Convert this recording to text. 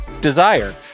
Desire